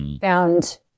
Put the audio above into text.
found